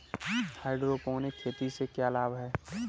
Hydroponic खेती से क्या लाभ हैं?